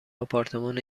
آپارتمان